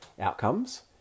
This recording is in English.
outcomes